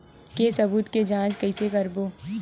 के सबूत के जांच कइसे करबो?